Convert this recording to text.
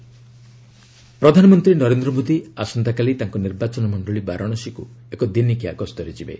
PM ଜଙ୍ଗୁମବାଡ଼ି ପ୍ରଧାନମନ୍ତ୍ରୀ ନରେନ୍ଦ୍ର ମୋଦୀ ଆସନ୍ତାକାଲି ତାଙ୍କ ନିର୍ବାଚନ ମଣ୍ଡଳୀ ବାରାଣସୀକୃ ଏକ ଦିନିକିଆ ଗସ୍ତରେ ଯିବେ